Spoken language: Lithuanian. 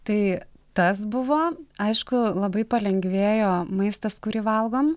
tai tas buvo aišku labai palengvėjo maistas kurį valgom